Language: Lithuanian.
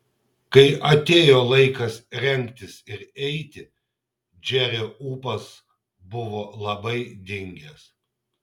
kai atėjo laikas rengtis ir eiti džerio ūpas buvo labai dingęs